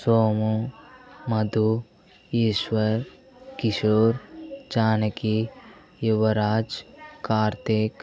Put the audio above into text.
Somu Madhu Eshwar Kishore Janaki Yuvraj Karthik